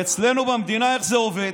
ואצלנו במדינה, איך זה עובד?